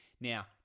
Now